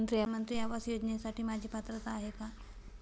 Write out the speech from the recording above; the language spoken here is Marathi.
प्रधानमंत्री आवास योजनेसाठी माझी पात्रता आहे का?